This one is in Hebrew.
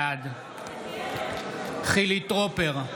בעד חילי טרופר,